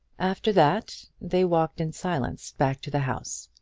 after that they walked in silence back to the house,